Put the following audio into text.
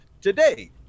today